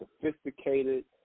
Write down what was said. Sophisticated